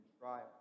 trial